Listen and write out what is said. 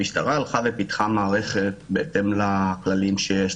המשטרה הלכה ופיתחה מערכת בהתאם לכללים שיש